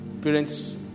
parents